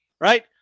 right